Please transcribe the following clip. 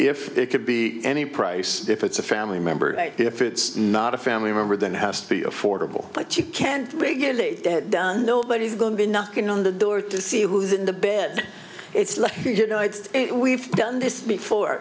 if it could be any price if it's a family member if it's not a family member then house be affordable but you can't begin to nobody's going to be knocking on the door to see who's in the bed it's like you know it's we've done this before